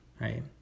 right